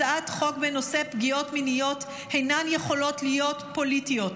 הצעות חוק בנושא פגיעות מיניות אינן יכולות להיות פוליטיות.